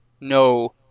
No